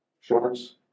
shorts